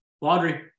Laundry